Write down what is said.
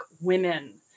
women